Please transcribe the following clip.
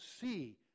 see